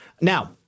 Now